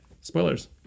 spoilers